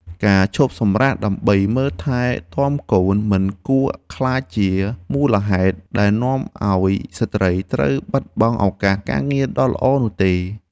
ការឈប់សម្រាកដើម្បីមើលថែទាំកូនមិនគួរក្លាយជាមូលហេតុដែលនាំឱ្យស្ត្រីត្រូវបាត់បង់ឱកាសការងារដ៏ល្អនោះទេ។